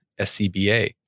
SCBA